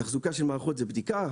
תחזוקה של מערכות זו בדיקה,